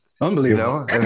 Unbelievable